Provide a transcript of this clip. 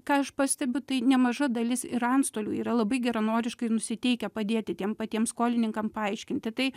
ką aš pastebiu tai nemaža dalis ir antstolių yra labai geranoriškai nusiteikę padėti tiem patiem skolininkam paaiškinti tai